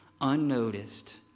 unnoticed